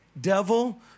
devil